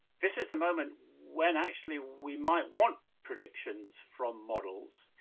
this is the moment when, actually, we might want predictions from models.